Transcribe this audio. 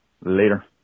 Later